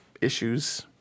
issues